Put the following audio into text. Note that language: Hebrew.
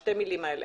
שתי המילים האלה.